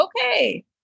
okay